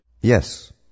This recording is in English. Yes